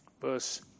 Verse